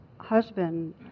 husband